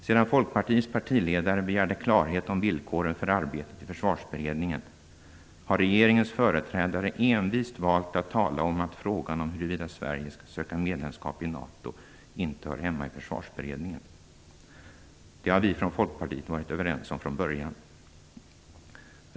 Sedan Folkpartiets partiledare begärde klarhet om villkoren för arbetet i Försvarsberedningen har regeringens företrädare envist valt att tala om att frågan om huruvida Sverige skall söka medlemskap i NATO inte hör hemma i Försvarsberedningen. Det har vi från Folkpartiet varit överens om frågan början.